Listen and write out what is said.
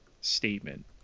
statement